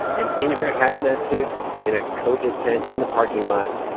and in her hazmat suit in a covid tent in the parking lot,